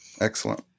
Excellent